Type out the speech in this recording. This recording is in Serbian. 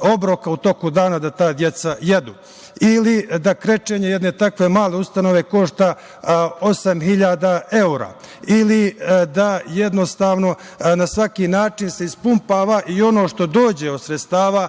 obroka u toku dana da ta deca jedu. Ili, da krečenje jedne tako male ustanove košta 8.000 evra. Ili da se na svaki način ispumpava i ono što dođe od sredstava